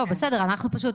לא בסדר אנחנו פשוט,